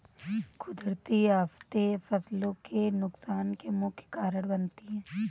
कुदरती आफतें फसलों के नुकसान का मुख्य कारण बनती है